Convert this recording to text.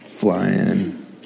flying